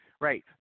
Right